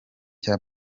cya